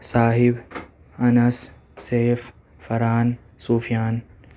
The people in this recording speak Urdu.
صاحب انس سیف فرحان سفیان